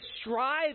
strive